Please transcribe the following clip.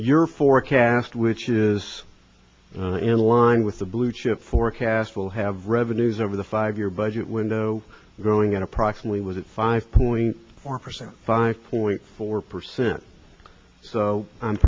your forecast which is in line with the blue chip forecast will have revenues over the five year budget window growing at approximately was it five point four percent five point four percent so i'm